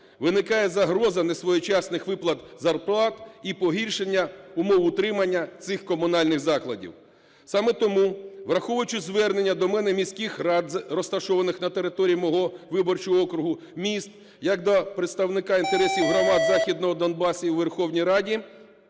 виникає загроза несвоєчасних виплат зарплат і погіршення умов утримання цих комунальних закладів. Саме тому, враховуючи звернення до мене міських рад, розташованих на території мого виборчого округу, міст, як до представника інтересів громад Західного Донбасу у Верховній Раді,